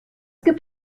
gibt